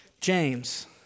James